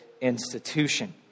institution